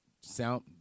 sound